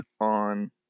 on